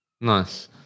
nice